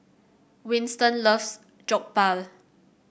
Winston loves Jokbal